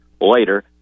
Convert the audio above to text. later